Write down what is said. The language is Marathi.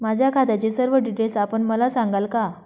माझ्या खात्याचे सर्व डिटेल्स आपण मला सांगाल का?